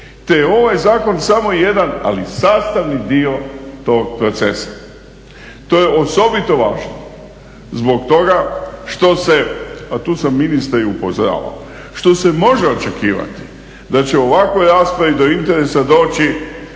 Te je ovaj zakon samo jedan ali sastavni dio tog procesa. To je osobito važno zbog toga što se, a tu sam ministre i upozoravao, što se može očekivati da će u ovakvoj raspravi do interesa doći